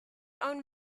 own